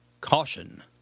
Caution